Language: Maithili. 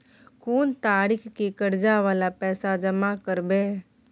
कोन तारीख के कर्जा वाला पैसा जमा करबे?